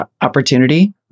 opportunity